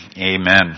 Amen